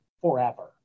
forever